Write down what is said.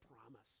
promise